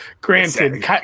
Granted